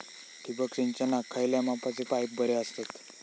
ठिबक सिंचनाक खयल्या मापाचे पाईप बरे असतत?